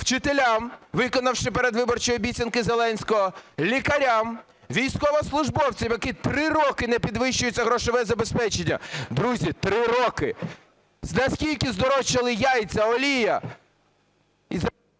вчителям, виконавши передвиборчі обіцянки Зеленського, лікарям, військовослужбовцям, яким три роки не підвищується грошове забезпечення. Друзі, три роки. Наскільки здорожчали яйця, олія...